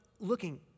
Looking